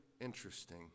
interesting